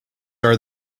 are